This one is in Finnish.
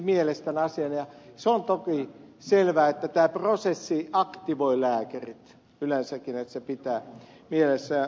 se on toki selvää että tämä prosessi aktivoi lääkärit yleensäkin niin että sen pitää mielessä